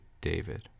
David